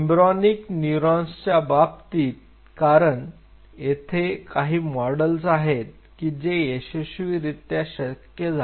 embryonic न्यूरॉनच्या बाबतीत कारण येथे काही मॉडेल्स आहेत की जे यशस्वीरित्या शक्य झाले आहे